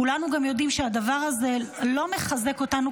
כולנו גם יודעים שהדבר הזה לא מחזק אותנו